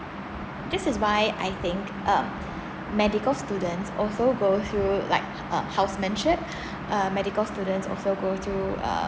this is why I think um medical student also go through like uh housemen ship uh medical student also go through uh